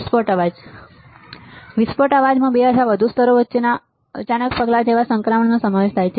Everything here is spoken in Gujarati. વિસ્ફોટ અવાજ વિસ્ફોટના અવાજમાં બે અથવા વધુ સ્તરો વચ્ચેના અચાનક પગલા જેવા સંક્રમણોનો સમાવેશ થાય છે